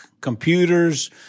computers